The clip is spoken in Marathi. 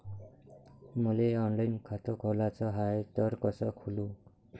मले ऑनलाईन खातं खोलाचं हाय तर कस खोलू?